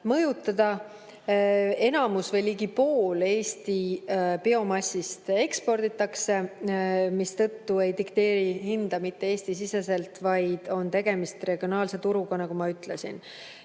mõjutada. Enamik või ligi pool Eesti biomassist eksporditakse, mistõttu ei dikteerita hinda mitte Eesti‑siseselt, vaid tegemist on regionaalse turuga, nagu ma ütlesin.